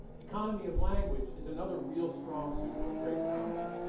economy of language is another real strong suit of great comedy.